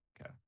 okay